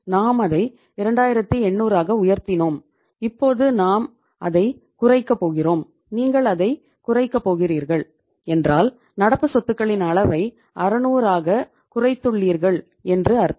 நாம் அதை 2800 ஆக உயர்த்தினோம் இப்போது நாம் அதைக் குறைக்கப் போகிறோம் நீங்கள் அதைக் குறைக்கப் போகிறீர்கள் என்றால் நடப்பு சொத்துகளின் அளவை 600 ஆகக் குறைத்துள்ளீர்கள் என்று அர்த்தம்